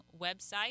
website